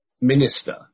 minister